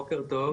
בוקר טוב,